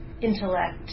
intellect